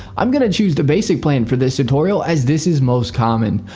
i'm going to choose the basic plan for this tutorial as this is most common.